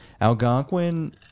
Algonquin